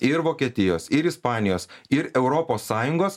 ir vokietijos ir ispanijos ir europos sąjungos